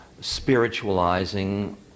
spiritualizing